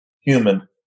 human